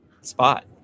spot